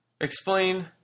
Explain